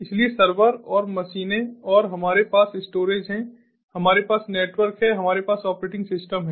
इसलिए सर्वर और मशीनें और हमारे पास स्टोरेज है हमारे पास नेटवर्क है हमारे पास ऑपरेटिंग सिस्टम है